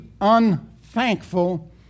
unthankful